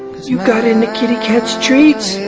you got into kitty cat's treats?